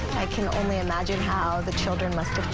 i can only imagine how the children must